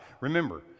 Remember